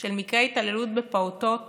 של מקרי התעללות בפעוטות